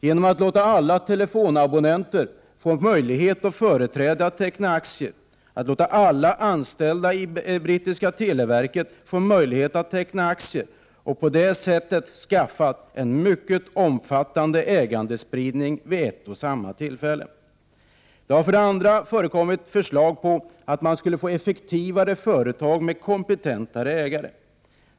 Genom att låta alla telefonabonnenter få möjlighet och företräde att teckna aktier och genom att låta alla anställda i det brittiska televerket få möjlighet att teckna aktier har man åstadkommit en omfattande ägandespridning vid ett och samma tillfälle. För det andra har det sagts att man skulle få effektivare företag med mer kompetenta ägare.